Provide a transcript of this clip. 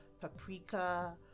paprika